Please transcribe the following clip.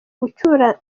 gucyura